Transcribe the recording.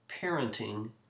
Parenting